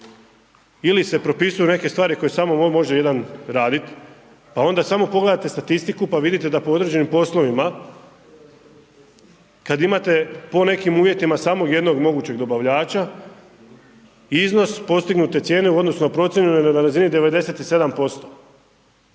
ili se propisuju neke stvari koje samo može jedan radit, pa onda samo pogledajte statistiku pa vidite da po određenim poslovima, kad imate po nekim uvjetima samo jednog mogućeg dobavljača, iznos postignute cijene u odnosu na procjenu je na razini 97%.